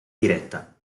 diretta